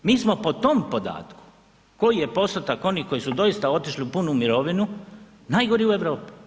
Mi smo po tom podatku koji je postotak onih koji su doista otišli u punu mirovinu, najgori u Europi.